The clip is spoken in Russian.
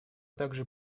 также